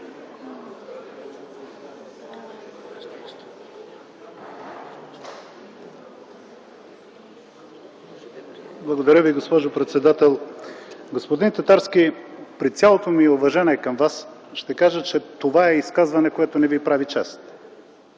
Благодаря Ви, госпожо председател. Господин Татарски, при цялото ми уважение към Вас ще кажа, че това е изказване, което не Ви прави чест.